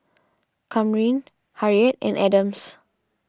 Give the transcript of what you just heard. Kamryn Harriett and Adams